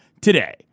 today